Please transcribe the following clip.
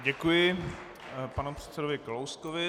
Děkuji panu předsedovi Kalouskovi.